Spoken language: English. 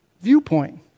viewpoint